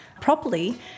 properly